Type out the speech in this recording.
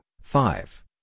five